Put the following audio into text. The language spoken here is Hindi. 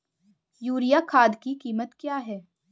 यूरिया खाद की कीमत क्या है?